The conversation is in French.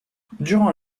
durant